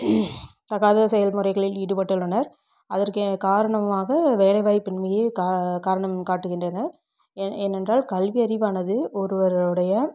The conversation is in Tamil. தகாத செயல்முறைகளில் ஈடுபட்டுள்ளனர் அதற்கு காரணமாக வேலைவாய்ப்பின்மையே கா காரணம் காட்டுகின்றனர் ஏ ஏனென்றால் கல்வி அறிவானது ஒருவருடைய